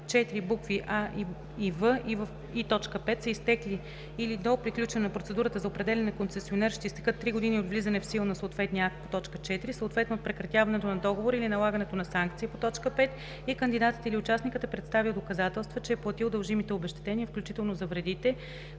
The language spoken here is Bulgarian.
4, букви „а“ и „в“ и т. 5 са изтекли или до приключване на процедурата за определяне на концесионер ще изтекат три години от влизането в сила на съответния акт по т. 4, съответно от прекратяването на договора или налагането на санкция по т. 5, и кандидатът или участникът е представил доказателства, че е платил дължимите обезщетения, включително за вредите,